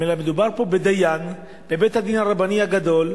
אלא מדובר כאן בדיין בבית-הדין הרבני הגדול,